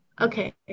Okay